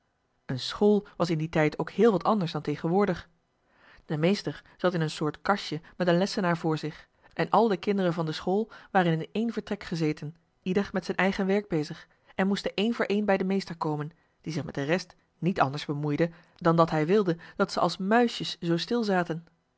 een school was in dien tijd ook heel wat anders dan tegenwoordig de meester zat in een soort kastje met een lessenaar voor zich en al de kinderen van de school waren in één vertrek gezeten ieder met zijn eigen werk bezig en moesten één voor één bij den meester komen die zich met de rest niet anders bemoeide dan dat hij wilde dat ze als muisjes zoo stil zaten